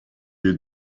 you